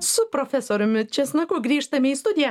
su profesoriumi česnaku grįžtame į studiją